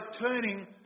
turning